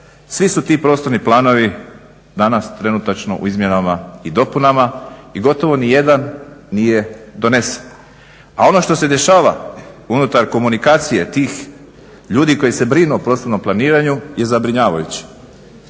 Svi su ti prostorni planovi danas trenutačno u izmjenama i dopunama i gotovo ni jedan nije donesen, a ono što se dešava unutar komunikacije tih ljudi koji se brinu o prostornom planiranju je zabrinjavajući.